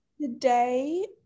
Today